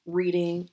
reading